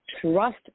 trust